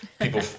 people